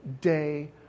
Day